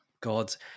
gods